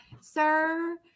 sir